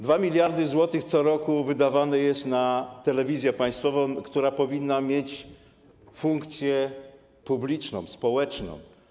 2 mld zł co roku wydawane jest na telewizję państwową, która powinna mieć funkcję publiczną, społeczną.